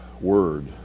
word